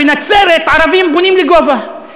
בנצרת ערבים בונים לגובה,